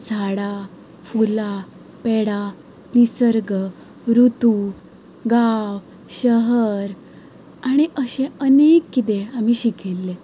झाडां फुलां पेडां निसर्ग रुतू गांव शहर आनी अशे अनेक किदें आमी शिकिल्ले